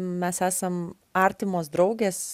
mes esam artimos draugės